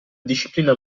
disciplina